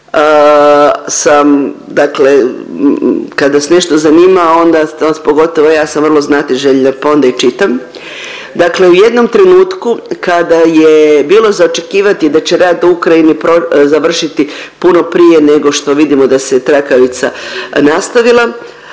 kad vas nešto zanima onda pogotovo ja sam vrlo znatiželjna pa onda i čitam. Dakle u jednom trenutku kada je bilo za očekivati da će rat u Ukrajini završiti puno prije nego što vidimo da se trakavica nastavila.